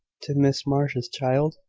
to mrs marsh's child?